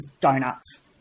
donuts